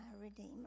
redeemer